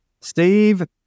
Steve